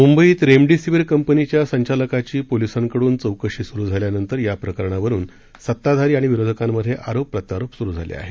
मुंबईत रेमडेसिवीर कंपनीच्या संचालकाची पोलिसांकडून चौकशी सुरू झाल्यानंतर या प्रकरणावरून सत्ताधारी आणि विरोधकांमधे आरोप प्रत्यारोप सुरू झाले आहेत